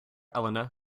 elena